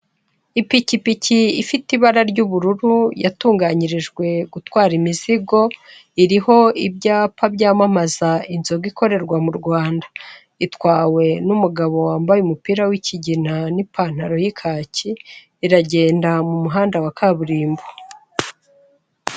Ipikipiki ifite ibara ry'ubururu yatunganyirijwe gutwara imizigo, iriho ibyapa byamamaza inzoga ikorerwa mu Rwanda, itwawe n'umugabo wambaye umupira w'ikigina n'ipantaro y'ikaki iragenda mu muhanda wa kaburimbo.